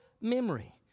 memory